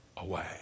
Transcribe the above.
Away